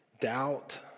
doubt